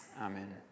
Amen